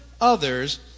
others